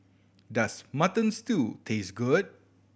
does Mutton Stew taste good